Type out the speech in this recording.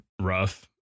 rough